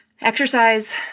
exercise